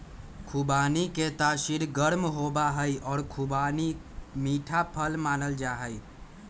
खुबानी के तासीर गर्म होबा हई और खुबानी मीठा फल मानल जाहई